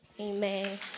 Amen